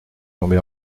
tombé